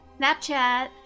snapchat